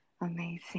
Amazing